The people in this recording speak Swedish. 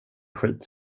skit